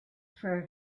for